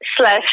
slash